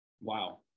wow